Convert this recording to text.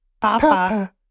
Papa